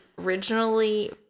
originally